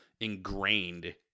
ingrained